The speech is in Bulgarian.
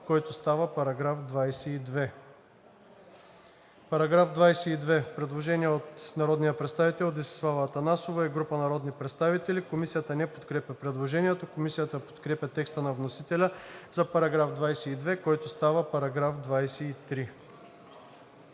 който става § 23. По § 23 има предложение от народния представител Десислава Атанасова и група народни представители. Комисията не подкрепя предложението. Комисията подкрепя текста на вносителя за § 23, който става § 24,